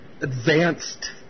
advanced